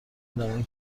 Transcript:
آدمایی